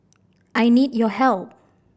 I need your help